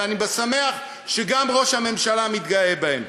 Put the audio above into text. ואני שמח שגם ראש הממשלה מתגאה בהן.